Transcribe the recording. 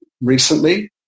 recently